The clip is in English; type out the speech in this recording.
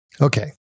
Okay